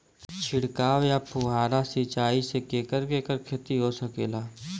छिड़काव या फुहारा सिंचाई से केकर केकर खेती हो सकेला?